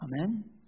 Amen